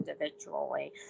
individually